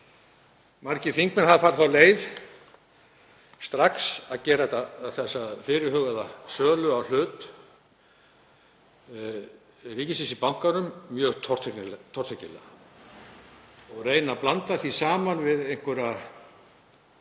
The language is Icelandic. margir þingmenn hafa farið þá leið strax að gera þessa fyrirhuguðu sölu á hlut ríkisins í bankanum mjög tortryggilega og reyna að blanda því saman við sölu